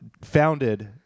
founded